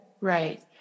Right